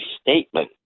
statement